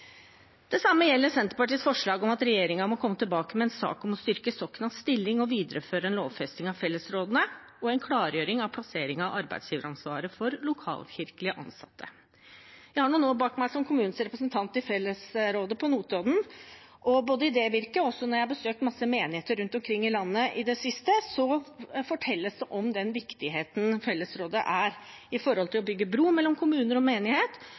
Det samme gjelder Senterpartiets forslag om at regjeringen må komme tilbake med en sak om å styrke soknets stilling og videreføre en lovfesting av fellesråd og en klargjøring av plassering av arbeidsgiveransvaret for kirkelig ansatte lokalt. Jeg har noen år bak meg som kommunens representant i fellesrådet på Notodden. Både i det virket og når jeg har besøkt mange menigheter rundt omkring i landet i det siste, fortelles det om hvor viktig fellesrådet er når det gjelder å bygge bro mellom kommuner og menighet,